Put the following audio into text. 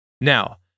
Now